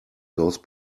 goes